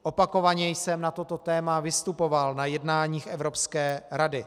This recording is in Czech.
Opakovaně jsem na toto téma vystupoval na jednáních Evropské rady.